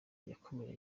yakomeje